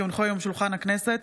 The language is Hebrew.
כי הונחו היום על שולחן הכנסת,